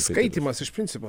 skaitymas iš principo